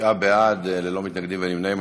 תשעה בעד, ללא מתנגדים וללא נמנעים.